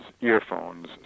earphones